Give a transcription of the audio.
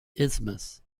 isthmus